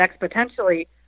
exponentially